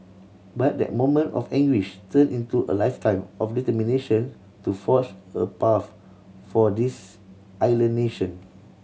but that moment of anguish turned into a lifetime of determination to forge a path for this island nation